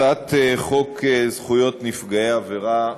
הצעת חוק זכויות נפגעי עבירה (תיקון,